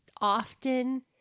often